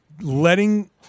letting